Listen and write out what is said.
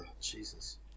Jesus